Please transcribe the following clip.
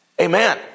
amen